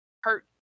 hurt